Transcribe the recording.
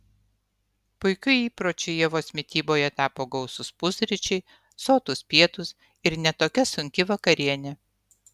puikiu įpročiu ievos mityboje tapo gausūs pusryčiai sotūs pietūs ir ne tokia sunki vakarienė